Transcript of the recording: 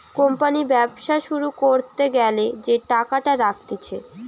company ব্যবসা শুরু করতে গ্যালা যে টাকাটা রাখতিছে